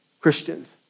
Christians